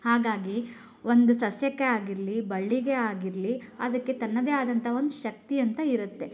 ಹಾಗಾಗಿ ಒಂದು ಸಸ್ಯಕ್ಕೆ ಆಗಿರಲಿ ಬಳ್ಳಿಗೆ ಆಗಿರಲಿ ಅದಕ್ಕೆ ತನ್ನದೇ ಆದಂಥ ಒಂದು ಶಕ್ತಿ ಅಂತ ಇರುತ್ತೆ